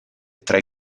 tre